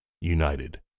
united